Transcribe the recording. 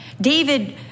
David